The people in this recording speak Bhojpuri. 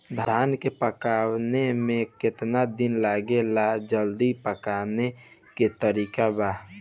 धान के पकने में केतना दिन लागेला जल्दी पकाने के तरीका बा?